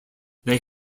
they